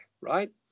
right